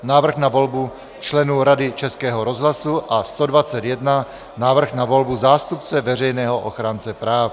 Návrh na volbu členů Rady Českého rozhlasu a 121 Návrh na volbu zástupce Veřejného ochránce práv.